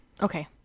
Okay